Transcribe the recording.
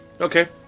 Okay